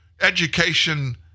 education